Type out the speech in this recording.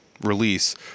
release